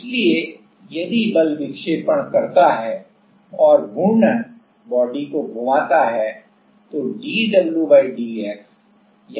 इसलिए यदि बल विक्षेपण करता है और घूर्ण बॉडी को घुमाता है